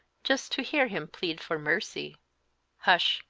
just to hear him plead for mercy hush!